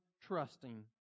trusting